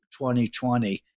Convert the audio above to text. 2020